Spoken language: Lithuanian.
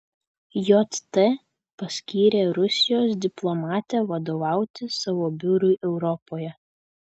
jt paskyrė rusijos diplomatę vadovauti savo biurui europoje